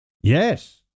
Yes